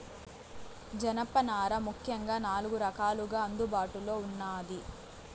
జనపనార ముఖ్యంగా నాలుగు రకాలుగా అందుబాటులో ఉన్నాది